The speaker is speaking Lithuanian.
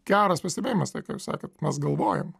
geras pastebėjimas tai ką jūs sakėt mes galvojam